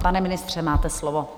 Pane ministře, máte slovo.